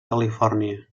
califòrnia